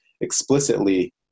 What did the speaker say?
explicitly